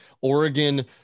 Oregon